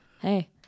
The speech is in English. hey